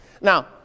Now